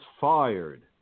fired